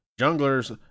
Jungler's